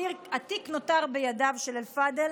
התיק נותר בידיו של אלפדל,